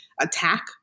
attack